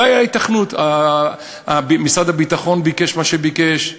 לא הייתה היתכנות, משרד הביטחון ביקש מה שביקש,